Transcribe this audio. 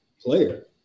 player